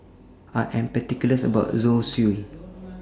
I Am particular about My Zosui